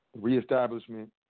Reestablishment